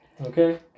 Okay